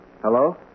Hello